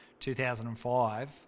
2005